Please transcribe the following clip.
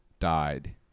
died